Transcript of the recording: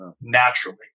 naturally